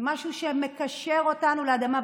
כמשהו שמקשר אותנו לאדמה.